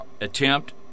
attempt